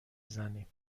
زنیم